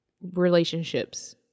relationships